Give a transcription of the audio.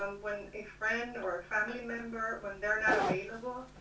um when a friend or a family member, when they're not available,